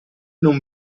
non